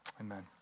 Amen